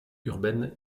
urbaine